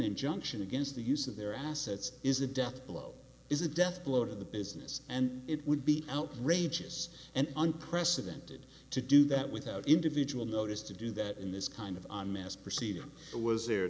injunction against the use of their assets is a death blow is a death blow to the business and it would be outrageous and unprecedented to do that without individual notice to do that in this kind of mass proceeding the was